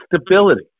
stability